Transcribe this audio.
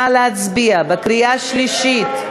נא להצביע בקריאה שלישית.